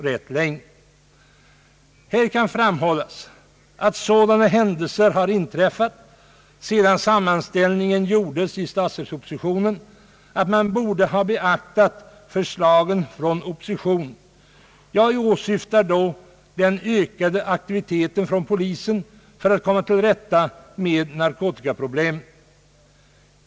Det kan framhållas att sådana saker har inträffat sedan sammanställningen i statsverkspropositionen gjordes, att utskottet borde insett att man skulle ha beaktat oppositionens förslag. Jag åsyftar den ökade aktiviteten från polisen för att komma till rätta med narkotikaproblemet.